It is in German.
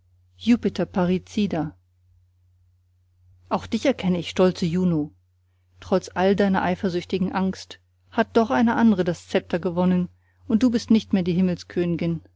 jupiter parricida auch dich erkenn ich stolze juno trotz all deiner eifersüchtigen angst hat doch eine andre das zepter gewonnen und du bist nicht mehr die